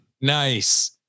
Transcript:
Nice